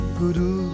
guru